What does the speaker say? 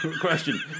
Question